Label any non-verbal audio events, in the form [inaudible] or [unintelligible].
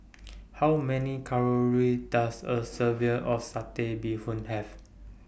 [noise] How Many Calories Does A [unintelligible] of Satay Bee Hoon Have